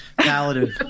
Paladin